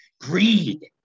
Greed